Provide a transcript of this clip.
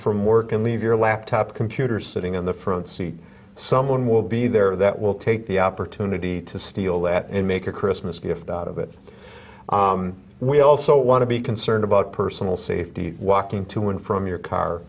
from work and leave your laptop computer sitting in the front seat someone will be there that will take the opportunity to steal that and make a christmas gift out of it we also want to be concerned about personal safety walking to and from your car